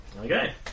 Okay